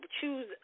choose